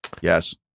Yes